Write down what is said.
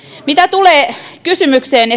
mitä tulee kysymykseenne